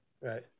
Right